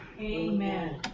amen